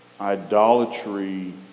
idolatry